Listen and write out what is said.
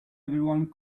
everyone